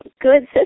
good